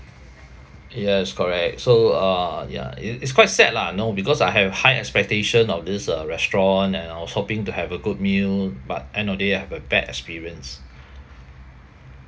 yes correct so uh ya it it's quite sad lah know because I have high expectation of this uh restaurant and I was hoping to have a good meal but end of day I have a bad experience